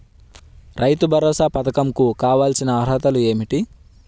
రైతు భరోసా పధకం కు కావాల్సిన అర్హతలు ఏమిటి?